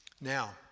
Now